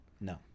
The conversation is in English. No